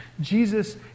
Jesus